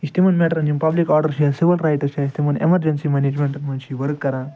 یہِ چھُ تِمن میٹرن یِم پبلِک آرڈر چھِ یا سِول رایٹٕس چھِ اَسہِ تِمن ایٮ۪مرجنسی منیجمٮ۪نٛٹن منٛز چھِ ؤرک کَران